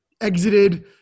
exited